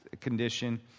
condition